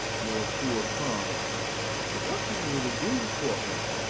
your poor father but what can you really do for him?